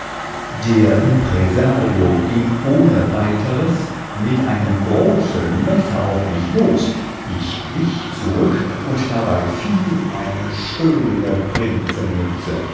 der impresario ging ohne weiteres mit einem großen messer auf mich los ich wich zurück und dabei fiel meine schöne